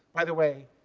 by the way,